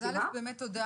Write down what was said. אז באמת תודה,